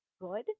good